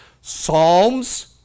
Psalms